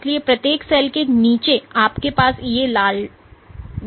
इसलिए प्रत्येक सेल के नीचे आपके पास ये लाल डॉट्स हैं